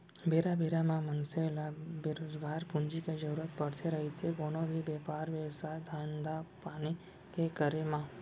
बेरा बेरा म मनसे ल बरोबर पूंजी के जरुरत पड़थे रहिथे कोनो भी बेपार बेवसाय, धंधापानी के करे म